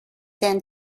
than